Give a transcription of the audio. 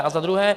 A za druhé.